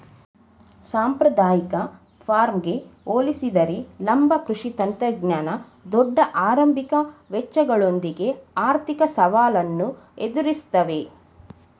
ಸಾಂಪ್ರದಾಯಿಕ ಫಾರ್ಮ್ಗೆ ಹೋಲಿಸಿದರೆ ಲಂಬ ಕೃಷಿ ತಂತ್ರಜ್ಞಾನ ದೊಡ್ಡ ಆರಂಭಿಕ ವೆಚ್ಚಗಳೊಂದಿಗೆ ಆರ್ಥಿಕ ಸವಾಲನ್ನು ಎದುರಿಸ್ತವೆ